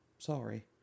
Sorry